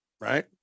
right